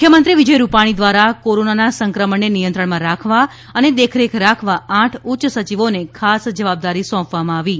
મુખ્યમંત્રી વિજય રૂપાણી ધ્વારા કોરોનાના સંક્રમણને નિયંત્રણમાં રાખવા અને દેખરેખ રાખવા આઠ ઉચ્ય સચિવોને ખાસ જવાબદારી સોંપવામાં આવી છે